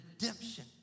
Redemption